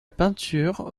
peinture